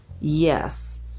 yes